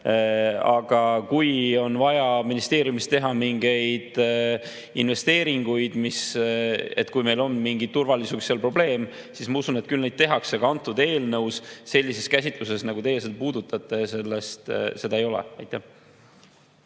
Aga kui on vaja ministeeriumis teha mingeid investeeringuid, kui meil on mingi turvalisuse probleem, siis ma usun, et küll neid tehakse. Aga antud eelnõus sellises käsitluses, nagu teie puudutasite, seda ei ole. Aitäh!